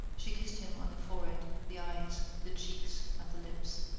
she kissed him on the forehead, the eyes, the cheeks, and the lips.